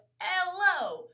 hello